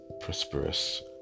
prosperous